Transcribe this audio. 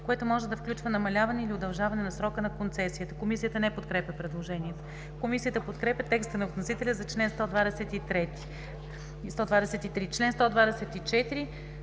което може да включва намаляване или удължаване на срока на концесията“.“ Комисията не подкрепя предложението. Комисията подкрепя текста на вносителя за чл. 123. По чл.